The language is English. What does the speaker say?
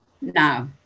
No